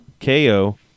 KO